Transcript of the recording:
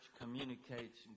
communicates